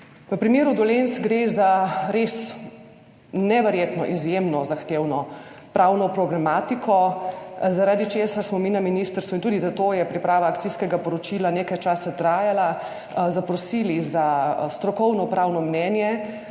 V primeru Dolenc gre za res neverjetno izjemno zahtevno pravno problematiko, zaradi česar smo mi na ministrstvu – in tudi zato je priprava akcijskega poročila nekaj časa trajala – zaprosili za strokovno pravno mnenje